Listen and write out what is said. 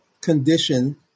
condition